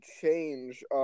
change